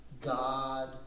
God